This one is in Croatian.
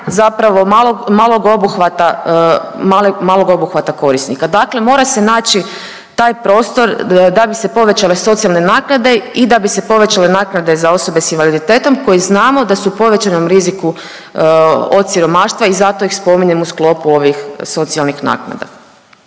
obuhvata, malog obuhvata korisnika. Dakle, mora se naći taj prostor da bi se povećale socijalne naknade i da bi se povećale naknade za osobe s invaliditetom koji znamo da su u povećanom riziku od siromaštva i zato ih spominjem u sklopu ovih socijalnih naknada.